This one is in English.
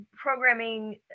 programming